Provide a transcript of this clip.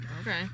Okay